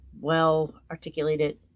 well-articulated